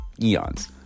eons